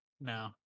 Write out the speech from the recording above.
No